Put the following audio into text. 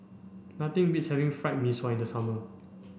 nothing beats having Fried Mee Sua in the summer